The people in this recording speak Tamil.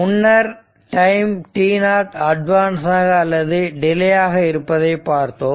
முன்னர் டைம் t0 அட்வான்சாக அல்லது டிலே ஆக இருப்பதைப் பார்த்தோம்